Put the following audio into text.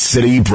City